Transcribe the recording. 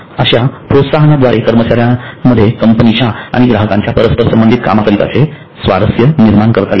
अश्या प्रोत्साहनाद्वारे कर्मचाऱ्यांमध्ये कंपनीच्या आणि ग्राहकांच्या परस्पर संबंधित कामाकरिताचे स्वारस्य निर्माण करता येते